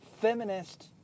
feminist